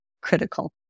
critical